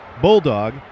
Bulldog